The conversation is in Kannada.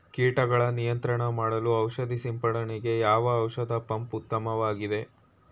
ಕೀಟಗಳ ನಿಯಂತ್ರಣ ಮಾಡಲು ಔಷಧಿ ಸಿಂಪಡಣೆಗೆ ಯಾವ ಔಷಧ ಪಂಪ್ ಉತ್ತಮವಾಗಿದೆ?